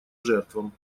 жертвам